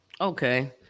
Okay